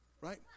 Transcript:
right